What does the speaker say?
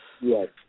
Yes